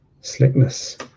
slickness